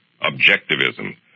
Objectivism